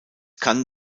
kann